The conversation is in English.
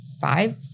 five